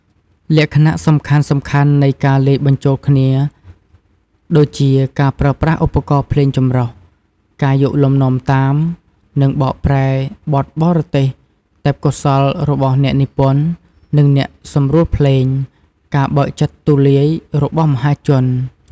លក្ខណៈសំខាន់ៗនៃការលាយបញ្ចូលគ្នាដូចជា ការប្រើប្រាស់ឧបករណ៍ភ្លេងចម្រុះ ការយកលំនាំតាម និងបកប្រែបទបរទេស ទេពកោសល្យរបស់អ្នកនិពន្ធ និងអ្នកសម្រួលភ្លេង ការបើកចិត្តទូលាយរបស់មហាជន។